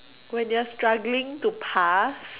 when you're struggling to pass